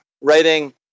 writing